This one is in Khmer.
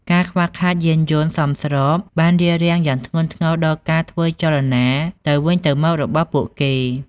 ការខ្វះខាតយានយន្តសមស្របបានរារាំងយ៉ាងធ្ងន់ធ្ងរដល់ការធ្វើចលនាទៅវិញទៅមករបស់ពួកគេ។